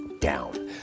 down